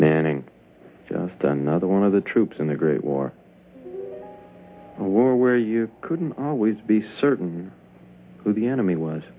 manning just another one of the troops in the great war where you couldn't always be certain who the enemy was